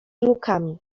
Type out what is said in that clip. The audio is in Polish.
lukami